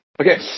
Okay